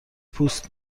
پوست